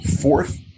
fourth